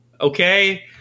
okay